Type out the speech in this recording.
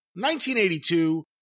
1982